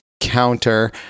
counter